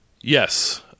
Yes